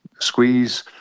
Squeeze